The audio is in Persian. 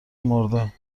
مرده